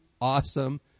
awesome